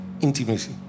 Intimacy